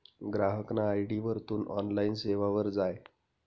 ग्राहकना आय.डी वरथून ऑनलाईन सेवावर जाय